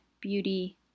beauty